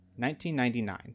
1999